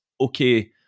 okay